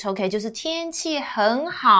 Okay,就是天气很好。